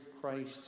Christ